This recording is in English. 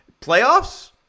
Playoffs